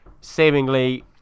seemingly